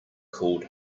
called